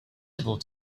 visible